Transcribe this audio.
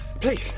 Please